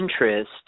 interest